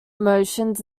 motions